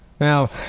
Now